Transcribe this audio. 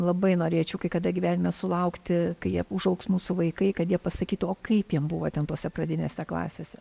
labai norėčiau kai kada gyvenime sulaukti kai jie užaugs mūsų vaikai kad jie pasakytų o kaip jiem buvo ten tose pradinėse klasėse